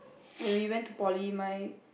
when we went to poly my